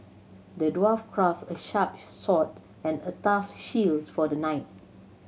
the dwarf crafted a sharp sword and a tough shield for the knight